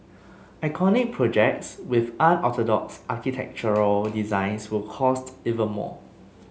iconic projects with unorthodox architectural designs will cost even more